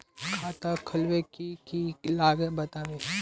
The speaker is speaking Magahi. खाता खोलवे के की की लगते बतावे?